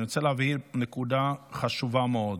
אני רוצה להבהיר נקודה חשובה מאד: